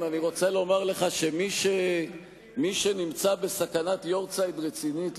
אני רוצה לומר לך שמי שנמצא בסכנת יארצייט רצינית,